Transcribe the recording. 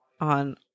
on